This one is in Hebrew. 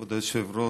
כבוד היושב-ראש,